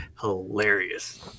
Hilarious